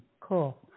Cool